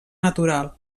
natural